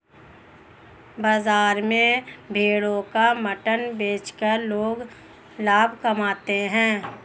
बाजार में भेड़ों का मटन बेचकर लोग लाभ कमाते है